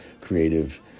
creative